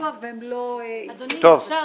לפיגוע ולא הצליחו לבצע.